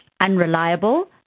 unreliable